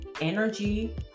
energy